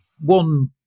one